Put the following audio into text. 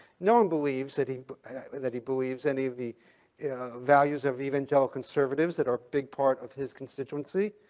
no one believes that he that he believes any of the values of evangelical conservatives that are a big part of his constituency.